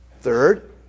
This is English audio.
Third